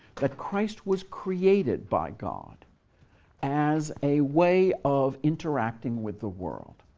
that christ was created by god as a way of interacting with the world.